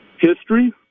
history